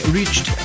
reached